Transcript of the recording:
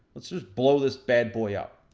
let's just blow this bad boy up.